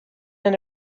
and